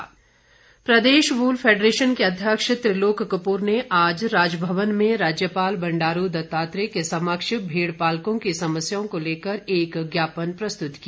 ज्ञापन प्रदेश wool federation के अध्यक्ष त्रिलोक कपूर ने आज राजभवन में राज्यपाल बंडारू दत्तात्रेय के समक्ष भेड़ पालकों की समस्याओं को लेकर एक ज्ञापन प्रस्तुत किया